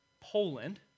Poland